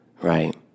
right